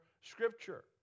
Scripture